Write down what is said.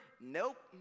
Nope